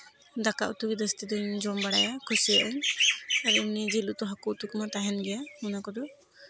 ᱫᱟᱠᱟ ᱩᱛᱩᱜᱮ ᱡᱟᱹᱥᱛᱤ ᱫᱚᱧ ᱡᱚᱢ ᱵᱟᱲᱟᱭᱟ ᱠᱩᱥᱤᱭᱟᱜ ᱟᱹᱧ ᱟᱨ ᱩᱱᱤ ᱡᱤᱞ ᱩᱛᱩ ᱦᱟᱹᱠᱩ ᱩᱛᱩ ᱠᱚᱢᱟ ᱛᱟᱦᱮᱱ ᱜᱮᱭᱟ ᱚᱱᱟ ᱠᱚᱫᱚ